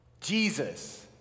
Jesus